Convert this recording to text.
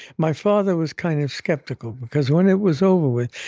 my father was kind of skeptical because when it was over with,